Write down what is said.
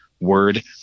word